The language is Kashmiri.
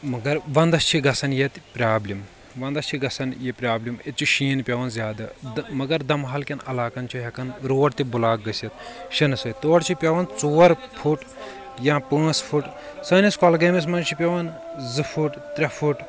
مگر ونٛدس چھِ گژھان یتۍ پرابلِم ونٛدس چھِ گژھان یہِ پرابلِم ییٚتہِ چھُ شیٖن پٮ۪وان زیادٕ تہٕ مگر دمہال کٮ۪ن علاقن چھِ ہیٚکان روڑ تہِ بُلاک گٔژھِتھ شِنہٕ سۭتۍ تور چھِ پٮ۪وان ژور پھٹ یا پانٛژ پھٹ سٲنِس کۄلگٲمِس منٛز چھِ پٮ۪وان زٕ پھٹ ترٛےٚ پھٹ